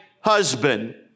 husband